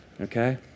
Okay